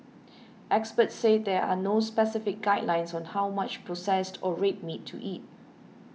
experts said there are no specific guidelines on how much processed or red meat to eat